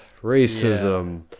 racism